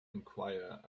enquire